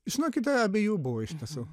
žinokite abiejų buvo iš tiesų